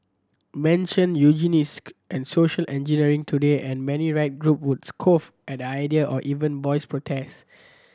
mention and social engineering today and many right group would scoff at the idea or even voice protest